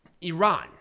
Iran